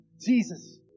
Jesus